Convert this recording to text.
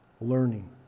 learning